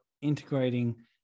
integrating